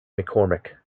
mccormick